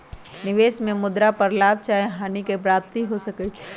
निवेश में मुद्रा पर लाभ चाहे हानि के प्राप्ति हो सकइ छै